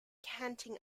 canting